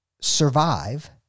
survive